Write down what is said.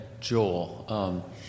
Joel